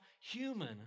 human